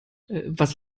was